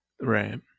Right